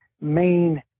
main